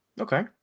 Okay